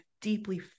deeply